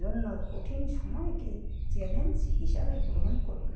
জন্য কঠিন সময়কেই চ্যালেঞ্জ হিসাবে গ্রহণ করুন